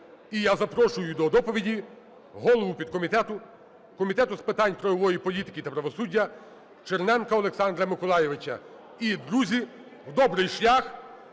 І я запрошую до доповіді голову підкомітету Комітету з питань правової політики та правосуддяЧерненка Олександра Миколайовича. І, друзі, в добрий шлях,